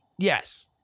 Yes